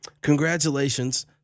Congratulations